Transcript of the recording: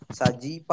saji